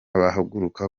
bahaguruka